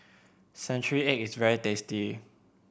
century egg is very tasty